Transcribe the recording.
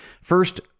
First